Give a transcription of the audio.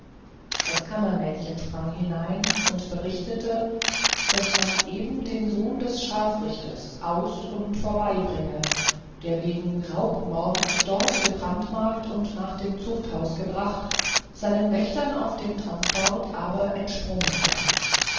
das kammermädchen sprang hinein und berichtete daß man eben den sohn des scharfrichters aus vorbeibringe der wegen raubmord dort gebrandmarkt und nach dem zuchthause gebracht seinen wächtern auf dem transport aber entsprungen sei